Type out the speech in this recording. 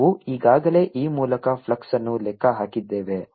ನಾವು ಈಗಾಗಲೇ ಈ ಮೂಲಕ ಫ್ಲಕ್ಸ್ ಅನ್ನು ಲೆಕ್ಕ ಹಾಕಿದ್ದೇವೆ